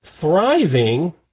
thriving